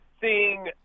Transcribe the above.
seeing